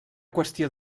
qüestió